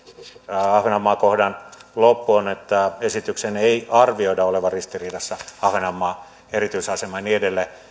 ahvenanmaa kohdan loppu on että esityksen ei arvioida olevan ristiriidassa ahvenanmaan erityisasemaa ja niin edelleen